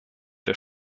der